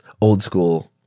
old-school